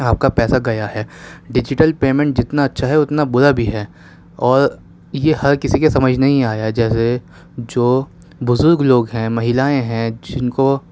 آپ کا پیسہ گیا ہے ڈیجیٹل پیمنٹ جتنا اچھا ہے اتنا برا بھی ہے اور یہ ہر کسی کے سمجھ نہیں آیا جیسے جو بزرگ لوگ ہیں مہیلائیں ہیں جن کو